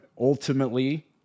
ultimately